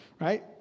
right